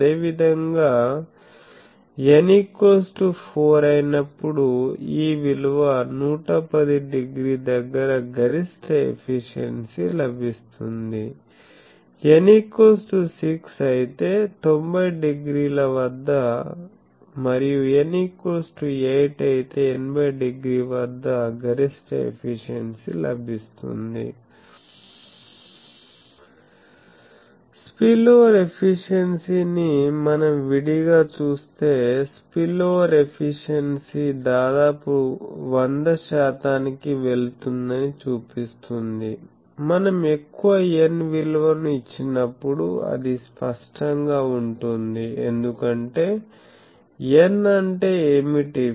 అదేవిధంగా n 4 అయినప్పుడు ఈ విలువ 110 డిగ్రీ దగ్గర గరిష్ట ఎఫిషియెన్సీ లభిస్తుంది n 6 అయితే 90 డిగ్రీ వద్ద మరియు n 8 అయితే 80 డిగ్రీ వద్ద గరిష్ట ఎఫిషియెన్సీ లభిస్తుంది స్పిల్ఓవర్ ఎఫిషియెన్సీని మనం విడిగా చూస్తే స్పిల్ఓవర్ ఎఫిషియెన్సీ దాదాపు 100 శాతానికి వెళుతుందని చూపిస్తుంది మనం ఎక్కువ n విలువను ఇచ్చినప్పుడు అది స్పష్టంగా ఉంటుంది ఎందుకంటే n అంటే ఏమిటి